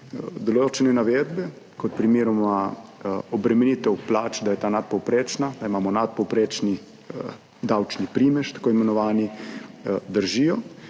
Določene navedbe kot primeroma obremenitev plač, da je ta nadpovprečna, da imamo nadpovprečni davčni primež, tako imenovani, držijo,